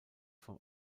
vom